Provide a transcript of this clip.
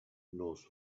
knows